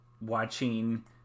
watching